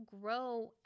grow